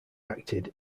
acted